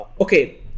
Okay